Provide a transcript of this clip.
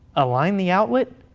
align the outlet,